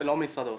לא ממשרד האוצר.